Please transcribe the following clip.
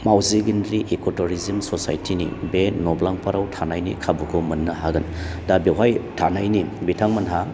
मावजि गेन्द्रि इक' टुरिजोम ससायटिनि बे न'ब्लांफोराव थानायनि खाबुखौ मोननो हागोन दा बेवहाय थानायनि बिथांमोनहा